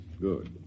Good